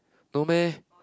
no meh